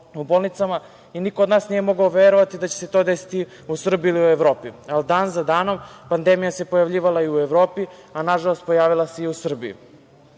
u bolnicama i niko od nas nije mogao verovati da će se to desiti u Srbiji ili u Evropi. Dan za danom pandemija se pojavljivala i u Evropi, a na žalost pojavila se i u Srbiji.